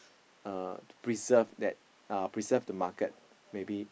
uh to preserve that uh preserve the market maybe